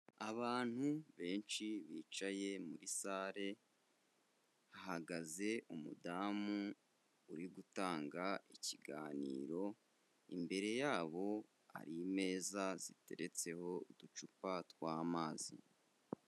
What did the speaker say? Abantu benshi bicaye muri sale, hahagaze umudamu uri gutanga ikiganiro, imbere yabo hari imeza ziteretseho uducupa tw'amazi.